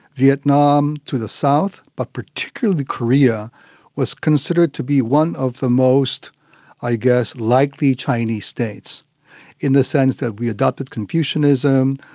vietnam to the south but particularly korea was considered to be one of the most i guess likely chinese states in the sense that we adopted confucianism,